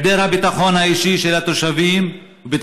היעדר הביטחון האישי של התושבים ושל